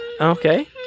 Okay